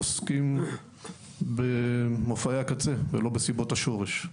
עוסקים במופעי הקצה ולא בסיבות השורש.